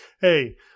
hey